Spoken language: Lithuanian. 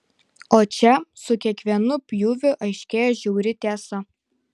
o čia su kiekvienu pjūviu aiškėja žiauri tiesa